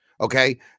Okay